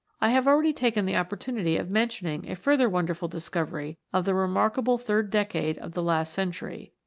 i have already taken the opportunity of mentioning a further wonderful discovery of the remarkable third decade of the last century.